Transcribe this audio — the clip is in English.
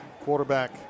Quarterback